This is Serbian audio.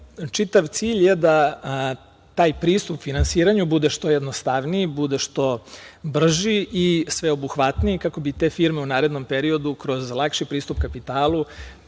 čitav cilj je da taj pristup finansiranju bude što jednostavniji, bude što brži i sveobuhvatniji, kako bi te firme u narednom periodu kroz lakši pristup kapitalu